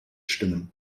stimmen